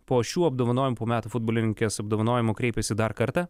po šių apdovanojimų po metų futbolininkės apdovanojimo kreipėsi dar kartą